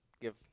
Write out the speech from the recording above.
Give